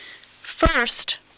First